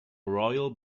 royal